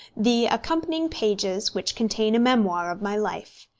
the accompanying pages which contain a memoir of my life.